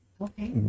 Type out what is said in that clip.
Okay